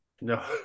No